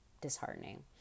disheartening